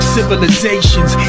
Civilizations